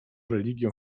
religią